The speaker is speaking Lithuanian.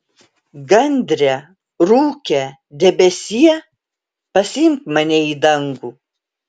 gandre rūke debesie pasiimk mane į dangų